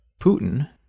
Putin